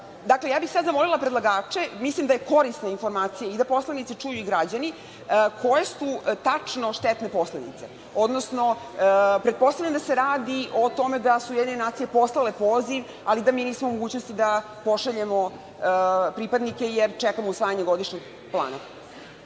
obaveza. Ja bih sada zamolila predlagače, mislim da je korisna informacija i da poslanici čuju i građani, koje su tačno štetne posledice? Pretpostavljam da se radi o tome da su UN poslale poziv, ali da mi nismo u mogućnosti da pošaljemo pripadnike, jer čekamo usvajanje godišnjeg plana.